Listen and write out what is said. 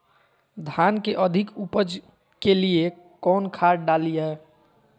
धान के अधिक उपज के लिए कौन खाद डालिय?